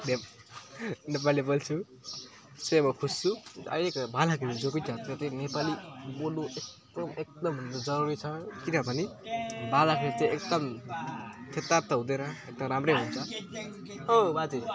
नेपाली बोल्छु त्यसैले म खुस छु अहिलेको बालकहरूको के त नेपाली बोल्नु एकदम एकदम जरुरी छ किनभने बालकहरू चाहिँ एकदम थेत्तरा त हुँदैन एकदम राम्रो हुन्छ ओ बाजे